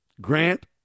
Grant